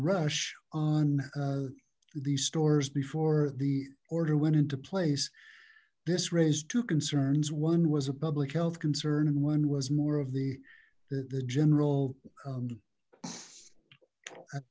rush on these stores before the order went into place this raised two concerns one was a public health concern and one was more of the the general